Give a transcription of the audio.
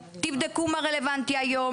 תבדקו מה רלוונטי היום.